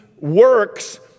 works